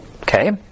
Okay